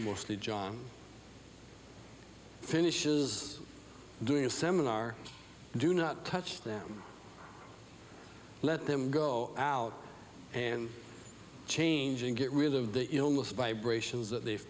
mostly john finishes doing a seminar do not touch them let them go out and change and get rid of the illness by bray shows that they've